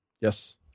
Yes